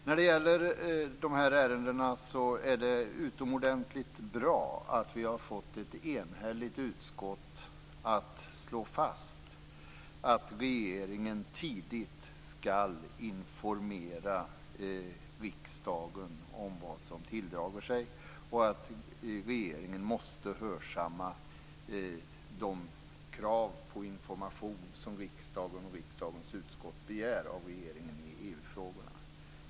När det gäller de här ärendena är det utomordentligt bra att vi har fått ett enhälligt utskott att slå fast att regeringen tidigt skall informera riksdagen om vad som tilldrar sig och att regeringen måste hörsamma de krav på information som riksdagen och riksdagens utskott begär av regeringen i EU-frågorna.